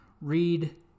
Read